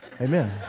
amen